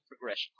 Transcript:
progression